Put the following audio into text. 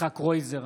יצחק קרויזר,